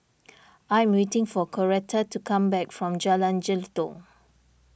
I am waiting for Coretta to come back from Jalan Jelutong